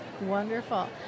Wonderful